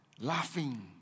laughing